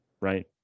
right